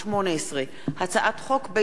פ/4361/18 וכלה בהצעת חוק פ/4383/18,